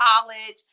college